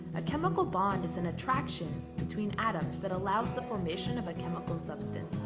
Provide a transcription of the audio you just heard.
a chemical bond is an attraction between atoms that allows the formation of a chemical substance.